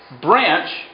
branch